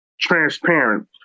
transparent